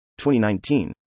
2019